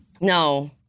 No